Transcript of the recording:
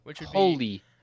Holy